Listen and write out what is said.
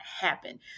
happen